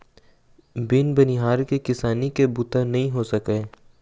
बिन बनिहार के किसानी के बूता नइ हो सकय